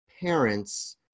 parents